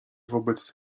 wobec